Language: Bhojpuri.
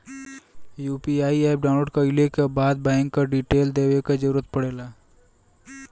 यू.पी.आई एप डाउनलोड कइले क बाद बैंक क डिटेल देवे क जरुरत पड़ेला